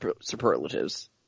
superlatives